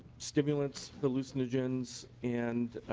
stimulants hallucinogens and